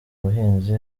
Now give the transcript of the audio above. buhinzi